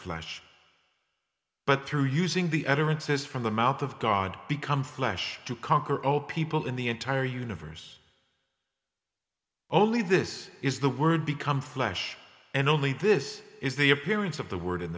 flesh but through using the utterances from the mouth of god become flesh to conquer all people in the entire universe only this is the word become flesh and only this is the appearance of the word in